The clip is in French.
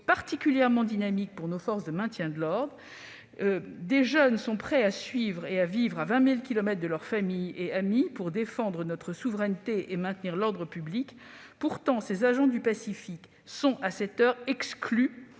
particulièrement dynamiques pour nos forces de maintien de l'ordre. Des jeunes sont prêts à vivre à 20 000 kilomètres de leur famille et de leurs amis pour défendre notre souveraineté et maintenir l'ordre public. Pourtant, ces agents du Pacifique sont à l'heure actuelle exclus